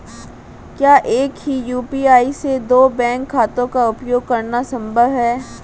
क्या एक ही यू.पी.आई से दो बैंक खातों का उपयोग करना संभव है?